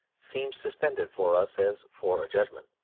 seemed suspended for us as for a judgment.